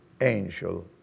angel